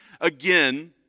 again